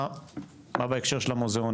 מה בהקשר של המוזיאון,